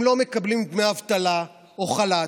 הם לא מקבלים דמי אבטלה או חל"ת,